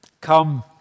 Come